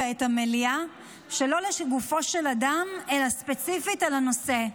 ואת המליאה שלא לגופו של אדם אלא ספציפית על הנושא.